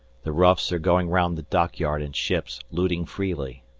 the roughs are going round the dockyard and ships, looting freely.